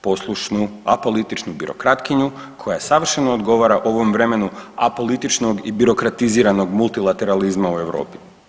Poslušnu apolitičnu birokratkinju koja savršeno odgovara ovom vremenu apolitičnog i birokratiziranog multilateralizma u Europi.